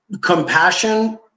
compassion